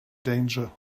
danger